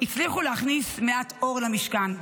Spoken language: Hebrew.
הצליחו להכניס מעט אור למשכן.